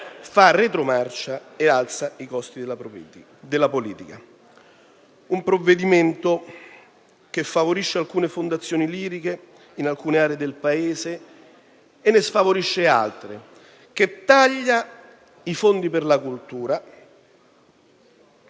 fa retromarcia e alza i costi della politica; è un provvedimento che favorisce alcune fondazioni liriche in alcune aree del Paese e ne sfavorisce altre, taglia i fondi per la cultura